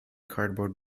cardboard